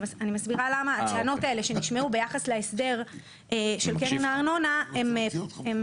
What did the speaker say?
אני מסבירה למה הטענות האלה שנשמעו ביחס להסדר של קרן הארנונה הן